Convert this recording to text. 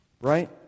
Right